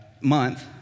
month